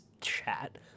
chat